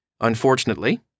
Unfortunately